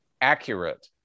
accurate